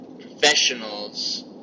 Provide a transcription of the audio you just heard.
professionals